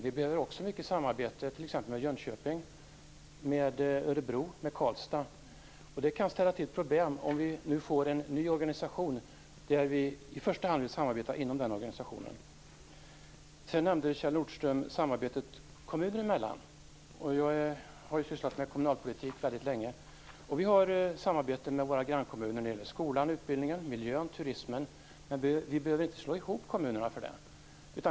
Vi behöver också mycket samarbete med t.ex. Jönköping, Örebro och Karlstad. En ny organisation kan ställa till problem, om vi i första hand vill samarbeta inom den organisationen. Kjell Nordström nämnde samarbetet kommuner emellan. Jag har sysslat med kommunalpolitik väldigt länge. Vi har samarbete med våra grannkommuner när det gäller skolan, utbildningen, miljön och turismen, men vi behöver inte slå ihop kommunerna för det.